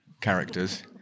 characters